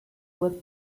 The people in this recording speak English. with